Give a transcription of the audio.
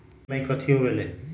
EMI कथी होवेले?